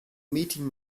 meeting